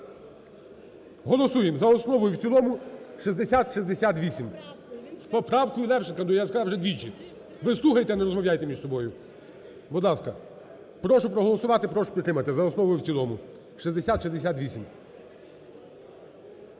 Голосуємо за основу і в цілому 6068. З поправкою Левченка, я сказав вже двічі. Ви слухайте, а не розмовляйте між собою. Будь ласка, прошу проголосувати. Прошу підтримати за основу і в цілому 6068.